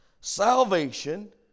Salvation